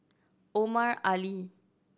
Omar Ali